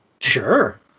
Sure